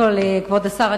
כבוד השר,